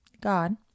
God